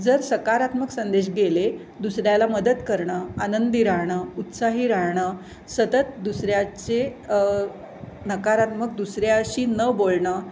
जर सकारात्मक संदेश गेले दुसऱ्याला मदत करणं आनंदी राहणं उत्साही राहणं सतत दुसऱ्याचे नकारात्मक दुसऱ्याशी न बोलणं